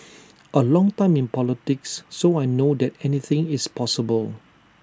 A long time in politics so I know that anything is possible